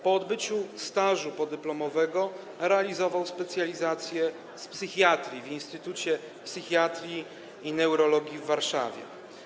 Po odbyciu stażu podyplomowego robił specjalizację z psychiatrii w Instytucie Psychiatrii i Neurologii w Warszawie.